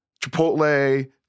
Chipotle